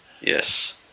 Yes